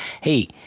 hey